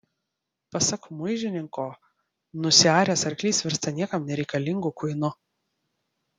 pasak muižiniko nusiaręs arklys virsta niekam nereikalingu kuinu